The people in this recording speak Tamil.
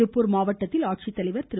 திருப்பூர் மாவட்டடத்தில் ஆட்சித்தலைவர் திரு